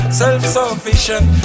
self-sufficient